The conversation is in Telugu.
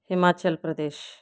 హిమాచల్ప్రదేశ్